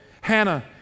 Hannah